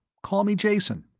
call me jason.